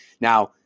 Now